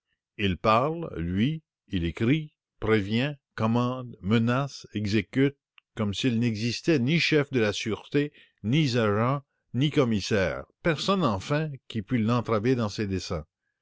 il parle lui il écrit prévient commande menace exécute comme s'il n'existait ni chef de la sûreté ni agents ni personne enfin qui pût l'entraver dans ses desseins